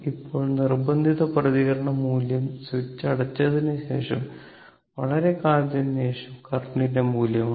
ഇപ്പോൾ നിർബന്ധിത പ്രതികരണ മൂല്യം സ്വിച്ച് അടച്ചതിനുശേഷം വളരെക്കാലത്തിനുശേഷം കറന്റിന്റെ മൂല്യമാണ്